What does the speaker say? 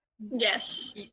Yes